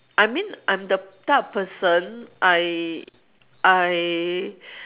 I mean I'm the type of person I I